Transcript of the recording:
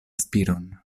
spiron